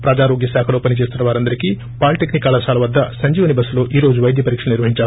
ప్రజారోగ్య శాఖలో పనిచేస్తున్న వారందరికీ పాలిటెక్నిక్ కళాశాల వద్ద సంజీవన్ బస్సులో ఈ రోజు పైద్య పరీక్షలు నిర్వహించారు